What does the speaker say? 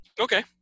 Okay